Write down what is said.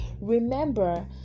Remember